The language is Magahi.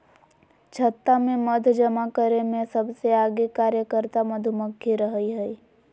छत्ता में मध जमा करे में सबसे आगे कार्यकर्ता मधुमक्खी रहई हई